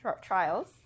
trials